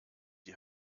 die